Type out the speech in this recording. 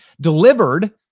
delivered